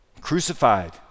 crucified